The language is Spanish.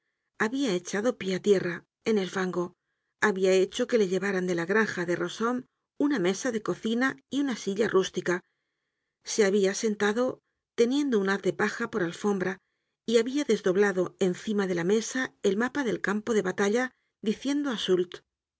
habia echado pie á tierra en el fango habia hecho que le llevaran de la granja de rossomme una mesa de cocina y una silla rústica se habia sentado teniendo un haz de paja por alfombra y habia desdoblado encima de la mesa el mapa del campo de batalla diciendo á